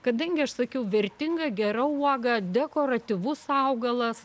kadangi aš sakiau vertinga gera uoga dekoratyvus augalas